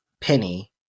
Penny